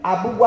Abu